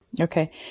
Okay